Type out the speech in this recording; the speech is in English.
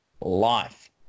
life